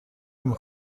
نمی